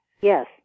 Yes